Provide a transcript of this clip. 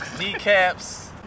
kneecaps